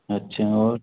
अच्छा और